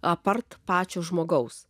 apart pačio žmogaus